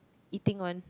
eating one